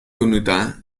unità